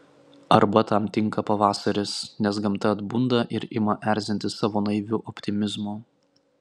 arba tam tinka pavasaris nes gamta atbunda ir ima erzinti savo naiviu optimizmu